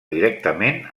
directament